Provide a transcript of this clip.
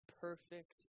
perfect